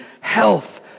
health